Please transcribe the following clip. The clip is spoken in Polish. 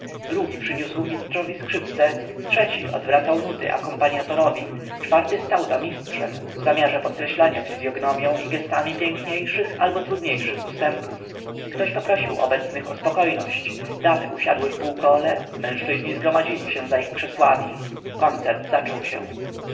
drugi przyniósł mistrzowi skrzypce trzeci odwracał nuty akompaniatorowi czwarty stał za mistrzem w zamiarze podkreślania fizyognomią i gestami piękniejszych albo trudniejszych ustępów ktoś poprosił obecnych o spokojność damy usiadły w półkole mężczyźni zgromadzili się za ich krzesłami koncert zaczął się